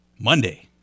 Monday